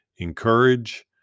encourage